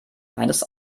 eines